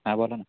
हां बोला ना